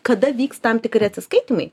kada vyks tam tikri atsiskaitymai